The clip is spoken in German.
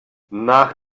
nach